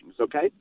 Okay